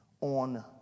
on